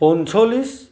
পঞ্চল্লিছ